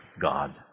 God